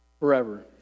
Forever